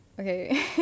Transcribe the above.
Okay